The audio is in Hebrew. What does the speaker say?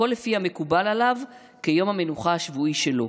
הכול לפי המקובל עליו כיום המנוחה השבועי שלו.